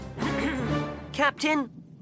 Captain